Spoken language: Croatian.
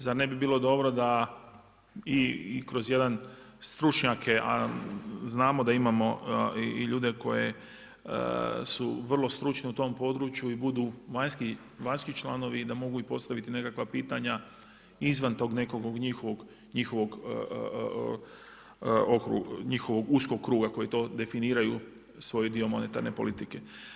Zar ne bi bilo dobro da i kroz jedan stručnjake, a znamo da imamo ljude koji su vrlo stručni u tom području i budu vanjski članovi i da mogu postaviti nekakva pitanja izvan tog njihovog uskog kruga koji to definiraju svoj dio monetarne politike.